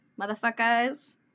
Motherfuckers